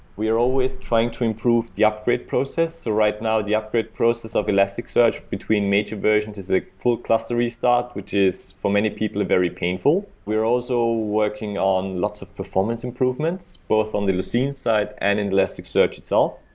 we are always trying to improve the upgrade process. right now, the upgrade process of elasticsearch between major versions is a full cluster restart, which is, for many people, very painful. we're also working on lots of performance improvements both on the lucene side and in elasticsearch itself.